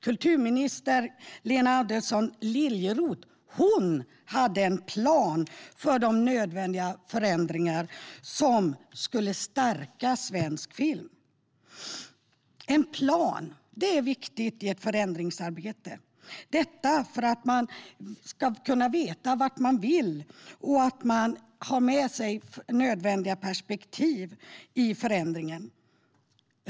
Kulturminister Lena Adelsohn Liljeroth hade en plan för de nödvändiga förändringar som skulle stärka svensk film. En plan är viktig i ett förändringsarbete - detta för att veta vad man vill åstadkomma och för att ha med sig nödvändiga perspektiv i förändringsarbetet.